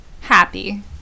Happy